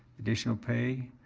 additional pay.